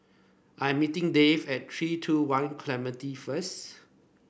I'm meeting Dave at Three two One Clementi first